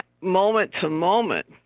moment-to-moment